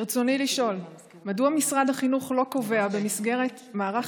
ברצוני לשאול: מדוע משרד החינוך לא קובע במסגרת מערך